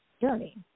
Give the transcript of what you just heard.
journey